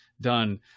done